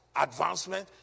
advancement